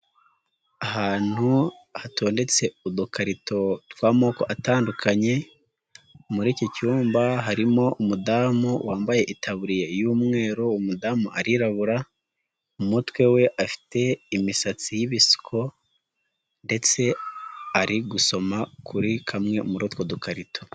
Ahantu hatondetse udukarito tw'amoko atandukanye, muri iki cyumba harimo umudamu wambaye itaburiya y'umweru, umudamu arirabura, mu mutwe we afite imisatsi y'ibisuko ndetse ari gusoma kuri kamwe muri utwo dukarito.